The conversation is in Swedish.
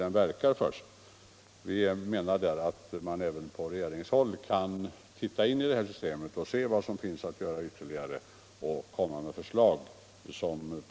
Jag menar att regeringen borde se vad som kan göras ytterligare och komma med förslag.